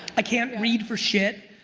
i can't read for shit.